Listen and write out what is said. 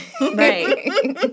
Right